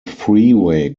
freeway